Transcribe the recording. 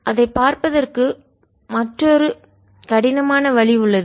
அதைப் பார்ப்பதற்கு மற்றொரு குரூட் கடினமானவழி உள்ளது